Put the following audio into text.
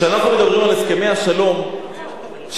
כשאנחנו מדברים על הסכמי השלום שישראל